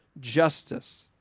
justice